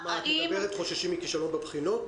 האם --- את מדברת על זה שהם חוששים מכישלון בבחינות?